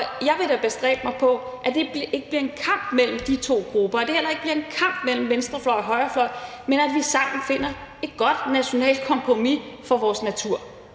jeg vil da bestræbe mig på, at det ikke bliver en kamp mellem de to grupper, og at det heller ikke bliver en kamp mellem venstrefløjen og højrefløjen, men at vi sammen finder et godt nationalt kompromis for vores natur.